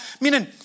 Meaning